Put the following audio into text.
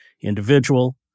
individual